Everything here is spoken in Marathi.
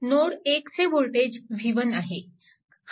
नोड 1 चे वोल्टेज V1 आहे